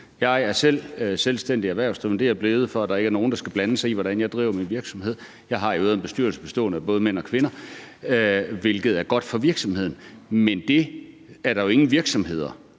Jeg er selv selvstændig erhvervsdrivende. Det er jeg blevet, for at der ikke er nogen, der skal blande sig i, hvordan jeg driver min virksomhed – jeg har i øvrigt en bestyrelse bestående af både mænd og kvinder, hvilket er godt for virksomheden – men det er der jo ingen virksomheder